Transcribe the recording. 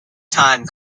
time